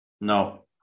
No